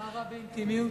מה רע באינטימיות?